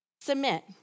Submit